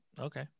okay